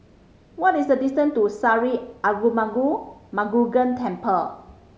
what is the distance to Sri Arulmigu Murugan Temple